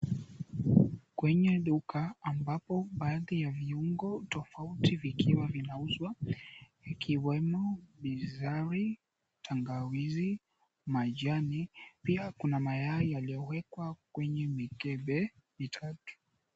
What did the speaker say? Kwenye duka ambapo baadhi ya viungo tofauti vikiwa vinauzwa vikiwemo; bizari, tangawizi, majani pia kuna mayai yakiyowekwa kwenye mikebe mitatu.